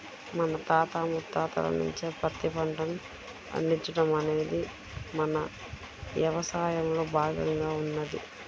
మన తాత ముత్తాతల నుంచే పత్తి పంటను పండించడం అనేది మన యవసాయంలో భాగంగా ఉన్నది